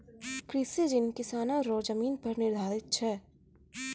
कृषि ऋण किसानो रो जमीन पर निर्धारित छै